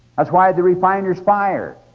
that's why the refiner's fire,